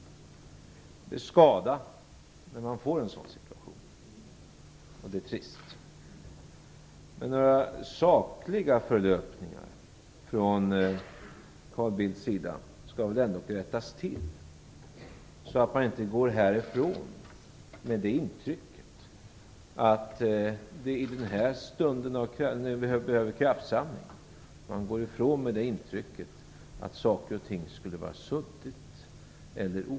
Det är till skada när man får en sådan situation, och det är trist. Men några sakliga förlöpningar från Carl Bildts sida skall ändå rättas till. I den här stunden behövs en kraftsamling. Då skall man inte gå härifrån med intryck av att saker och ting är suddiga eller oprecisa.